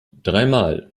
dreimal